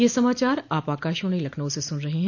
ब्रे क यह समाचार आप आकाशवाणी लखनऊ से सुन रहे हैं